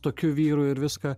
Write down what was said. tokiu vyru ir viską